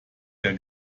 der